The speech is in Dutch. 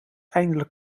eindelijk